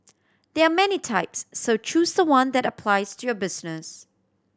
there are many types so choose the one that applies to your business